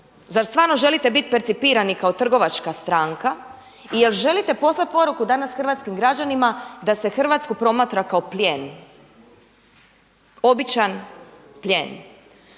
Zar stvarno želite biti percipirani kao trgovačka stranka? I je li želite poslati poruku danas hrvatskim građanima da se Hrvatsku promatra kao plijen, običan plijen?